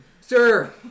Sir